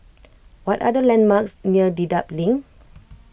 what are the landmarks near Dedap Link